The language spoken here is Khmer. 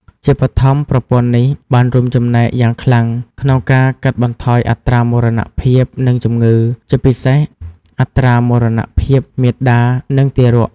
ជាបឋម ប្រព័ន្ធនេះបានរួមចំណែកយ៉ាងខ្លាំងក្នុងការកាត់បន្ថយអត្រាមរណភាព និងជំងឺ ជាពិសេសអត្រាមរណភាពមាតា និងទារក។